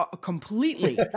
completely